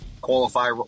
qualify